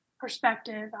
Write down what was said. perspective